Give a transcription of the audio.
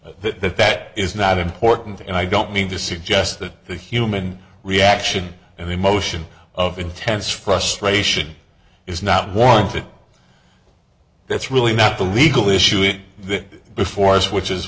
that that is not important and i don't mean to suggest that the human reaction and the motion of intense frustration is not warrant it that's really not the legal issues before us which is